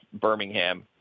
Birmingham